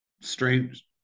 strange